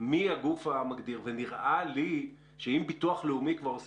מי הגוף המגדיר ונראה לי שלגבי ביטוח לאומי זה